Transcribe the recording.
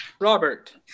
Robert